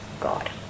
God